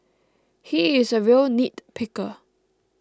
he is a real nitpicker